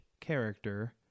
Character